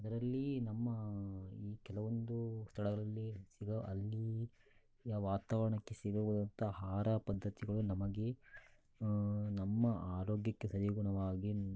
ಅದರಲ್ಲಿ ನಮ್ಮ ಈ ಕೆಲವೊಂದು ಸ್ಥಳಗಳಲ್ಲಿ ಸಿಗೋ ಅಲ್ಲಿಯ ವಾತಾವರಣಕ್ಕೆ ಸಿಗುವದಂಥ ಆಹಾರ ಪದ್ಧತಿಗಳು ನಮಗೆ ನಮ್ಮ ಆರೋಗ್ಯಕ್ಕೆ ಸರಿಗುಣವಾಗಿ